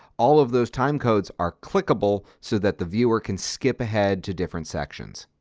all of those timecodes are clickable so that the viewer can skip ahead to different sections.